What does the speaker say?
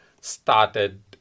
started